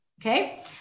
Okay